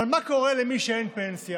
אבל מה קורה למי שאין פנסיה